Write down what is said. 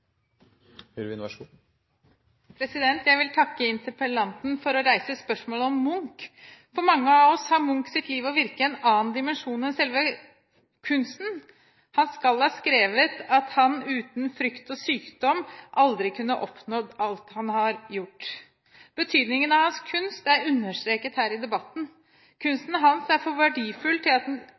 som eg ser fram til at me skal få diskutert og vedteke i løpet av dagen i dag. Jeg vil takke interpellanten for å reise spørsmålet om Munch. For mange av oss har Munchs liv og virke en annen dimensjon enn selve kunsten. Han skal ha skrevet at han uten frykt og sykdom aldri kunne oppnådd alt han har gjort. Betydningen av hans kunst er understreket her i debatten. Kunsten